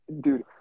Dude